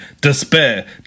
despair